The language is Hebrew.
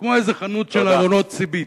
כמו איזו חנות של ארונות סיבית.